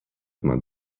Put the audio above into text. man